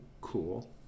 cool